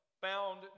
found